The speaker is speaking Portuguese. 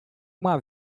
uma